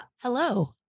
Hello